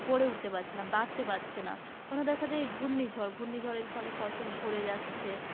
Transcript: গড়ে উটতে পাচ্ছে না বাড়তে পাচ্ছে না কোনো দেখা যায় ঘূর্ণিঝড় ঘূর্ণিঝড়ের ফলে ফসল ঝরে যাচ্ছে